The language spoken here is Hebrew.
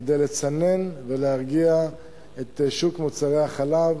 כדי לצנן ולהרגיע את שוק מוצרי החלב,